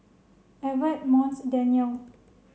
Evertt Monts Danyel